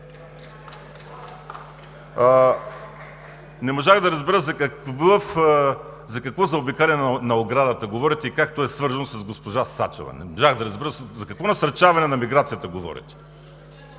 Не можах да разбера за какво заобикаляне на оградата говорите и как то е свързано с госпожа Сачева?! Не можах да разбера за какво насърчаване на миграцията говорите?!